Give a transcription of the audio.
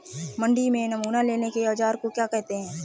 मंडी में नमूना लेने के औज़ार को क्या कहते हैं?